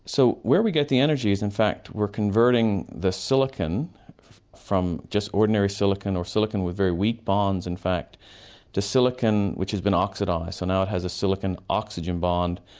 so where we get the energy is in fact we're converting the silicon from just ordinary silicon or silicon with very weak bonds, in fact to silicon which has been oxidized so now it has a silicon oxygen bond,